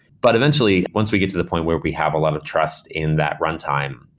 but eventually, once we get to the point where we have a lot of trust in that runtime,